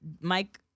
Mike